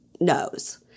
knows